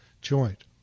joint